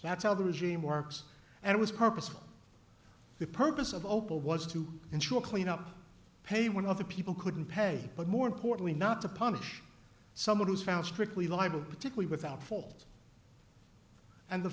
that's how the regime works and it was purposeful the purpose of opal was to ensure cleanup pay when other people couldn't pay but more importantly not to punish someone who's found strictly libel particularly without fault and the